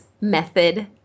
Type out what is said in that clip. method